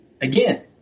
again